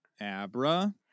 Abra